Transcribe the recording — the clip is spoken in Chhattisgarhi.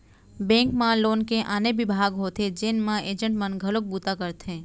बेंक म लोन के आने बिभाग होथे जेन म एजेंट मन घलोक बूता करथे